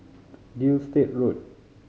Gilstead Road